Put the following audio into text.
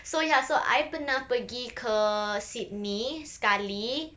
so ya so I pernah pergi ke sydney sekali